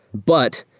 but,